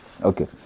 Okay